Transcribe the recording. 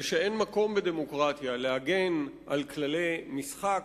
ואין מקום בדמוקרטיה להגן על כללי משחק,